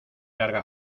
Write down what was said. larga